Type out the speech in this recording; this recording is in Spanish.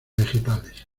vegetales